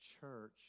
church